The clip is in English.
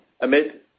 Amid